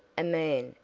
a man,